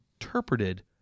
interpreted